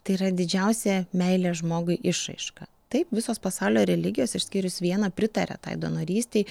tai yra didžiausia meilės žmogui išraiška taip visos pasaulio religijos išskyrus vieną pritaria tai donorystei